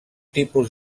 tipus